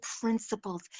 principles